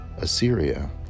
Assyria